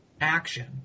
action